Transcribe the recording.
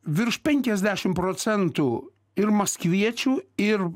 virš penkiasdešim procentų ir maskviečių ir